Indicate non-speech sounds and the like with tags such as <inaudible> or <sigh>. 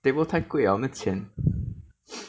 table 太贵了那个钱 <noise>